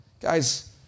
Guys